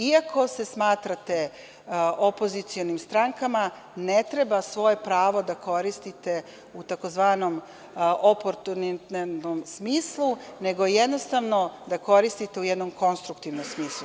Iako se smatrate opozicionim strankama, ne treba svoje pravo da koristite u tzv. oportunitetnom smislu, nego jednostavno da koristite u jednom konstruktivnom smislu.